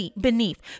beneath